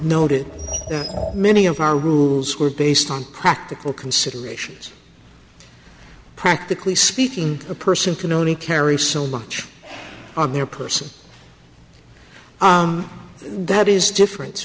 noted many of our rules were based on practical considerations practically speaking a person can only carry so much on their person that is different